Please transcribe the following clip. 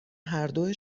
هردو